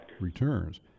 returns